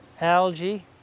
algae